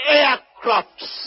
aircrafts